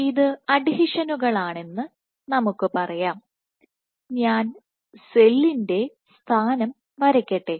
ഇത് അഡ്ഹീഷനുകളാണെന്ന് നമുക്ക് പറയാംഞാൻ സെല്ലിന്റെ സ്ഥാനം വരയ്ക്കട്ടെ